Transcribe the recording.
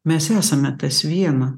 mes esame tas viena